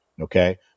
Okay